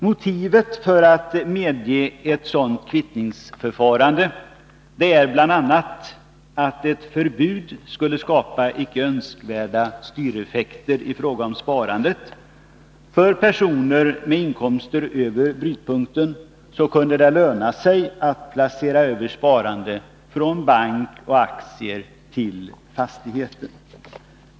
Motivet för att medge ett sådant kvittningsförfarande är bl.a. att ett förbud skulle skapa icke önskvärda styrningseffekter i fråga om sparandet. För personer med inkomster över brytpunkten kunde det löna sig att överföra sparande i bank och aktier till sparande i fastigheter.